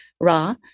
Ra